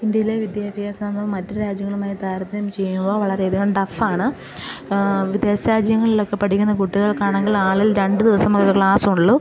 ഇൻഡ്യയിലെ വിദ്യാഭ്യാസവും മറ്റു രാജ്യങ്ങളുമായി താരതമ്യം ചെയ്യുമ്പോൾ വളരെയധികം ടഫാണ് വിദേശ രാജ്യങ്ങളിലൊക്കെ പഠിക്കുന്ന കുട്ടികൾക്കാണെങ്കിൽ ളിൽ രണ്ടു ദിവസം മാത്രമേ ക്ലാസ്സുള്ളൂ